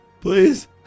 Please